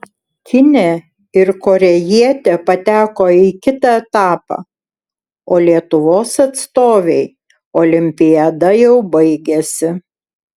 kinė ir korėjietė pateko į kitą etapą o lietuvos atstovei olimpiada jau baigėsi